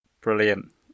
Brilliant